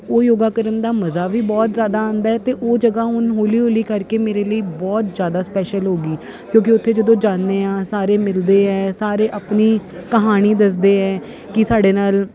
ਉਹ ਯੋਗਾ ਕਰਨ ਦਾ ਮਜ਼ਾ ਵੀ ਬਹੁਤ ਜ਼ਿਆਦਾ ਆਉਂਦਾ ਅਤੇ ਉਹ ਜਗ੍ਹਾ ਹੁਣ ਹੌਲੀ ਹੌਲੀ ਕਰਕੇ ਮੇਰੇ ਲਈ ਬਹੁਤ ਜ਼ਿਆਦਾ ਸਪੈਸ਼ਲ ਹੋ ਗਈ ਕਿਉਂਕਿ ਉੱਥੇ ਜਦੋਂ ਜਾਂਦੇ ਹਾਂ ਸਾਰੇ ਮਿਲਦੇ ਹਾਂ ਸਾਰੇ ਆਪਣੀ ਕਹਾਣੀ ਦੱਸਦੇ ਹੈ ਕਿ ਸਾਡੇ ਨਾਲ